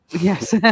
Yes